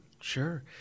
sure